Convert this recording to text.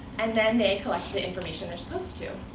and then they collect the information they're supposed to.